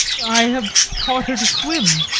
i have taught her to swim,